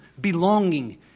belonging